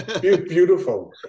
beautiful